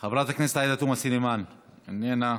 חברת הכנסת עאידה תומא סלימאן, איננה.